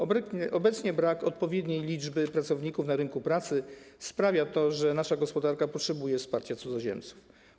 Obecnie brak odpowiedniej liczby pracowników na rynku pracy sprawia, że nasza gospodarka potrzebuje wsparcia cudzoziemców.